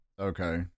Okay